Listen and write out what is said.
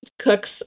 cooks